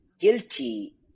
guilty